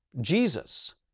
Jesus